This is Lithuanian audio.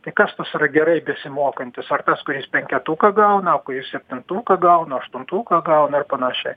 tai kas tas yra gerai besimokantis ar tas kuris penketuką gauna o kuris septintuką gauna aštuntuką gauna ir panašiai